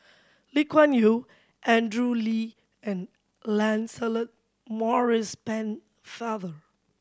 Lee Kuan Yew Andrew Lee and Lancelot Maurice Pennefather